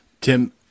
Tim